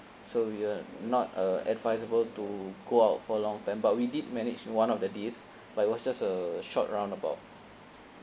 so we were not uh advisable to go out for long time but we did manage in one of the days but it was just a short round about